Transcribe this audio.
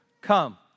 Come